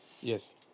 Yes